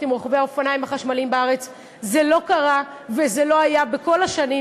עם רוכבי האופניים החשמליים בארץ זה לא קרה וזה לא היה בכל השנים,